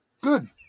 Good